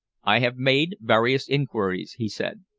i have made various inquiries, he said,